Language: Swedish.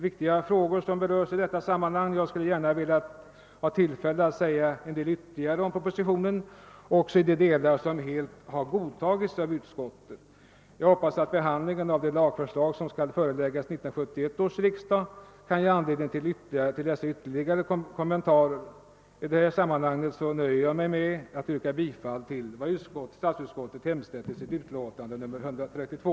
Viktiga frågor berörs i detta sammanhang och jag skulle gärna vilja få tillfälle säga mer om propositionen också beträffande de delar som helt har godtagits av utskottet. Jag hoppas att behandlingen av det lagförslag som skall föreläggas 1971 års riksdag kan ge anledning till dessa ytterligare kommentarer. I detta sammanhang nöjer jag mig med att yrka bifall till vad statsutskottet hemställt i sitt utlåtande nr 132.